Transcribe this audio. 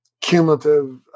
cumulative